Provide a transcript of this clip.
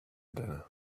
dinner